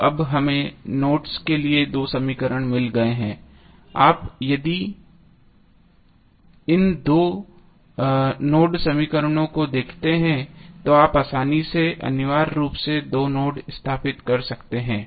तो अब हमें नोड्स के लिए दो समीकरण मिल गए हैं अब यदि इन दो नोड समीकरणों को देखते हैं तो आप आसानी से अनिवार्य रूप से दो नोड सत्यापित कर सकते हैं